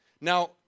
Now